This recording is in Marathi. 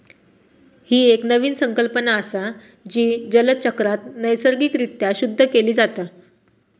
ही एक नवीन संकल्पना असा, जी जलचक्रात नैसर्गिक रित्या शुद्ध केली जाता